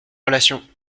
relation